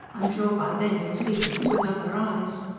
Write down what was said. i'm sure by then you'll see things with other eyes.